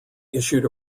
issued